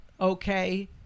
okay